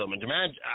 Imagine